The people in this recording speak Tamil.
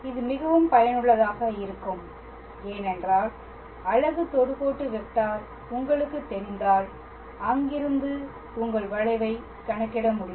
இது மிகவும் பயனுள்ளதாக இருக்கும் ஏனென்றால் அலகு தொடுகோட்டு வெக்டார் உங்களுக்குத் தெரிந்தால் அங்கிருந்து உங்கள் வளைவைக் கணக்கிட முடியும்